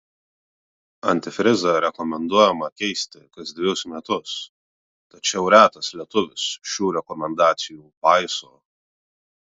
antifrizą rekomenduojama keisti kas dvejus metus tačiau retas lietuvis šių rekomendacijų paiso